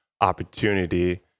opportunity